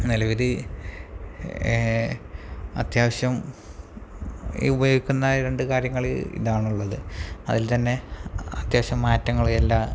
നിലവില് അത്യാവശ്യം ഉപയോഗിക്കുന്ന രണ്ട് കാര്യങ്ങള് ഇതാണുള്ളത് അതിൽ തന്നെ അത്യാവശ്യം മാറ്റങ്ങളെല്ലാം